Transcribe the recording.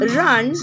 run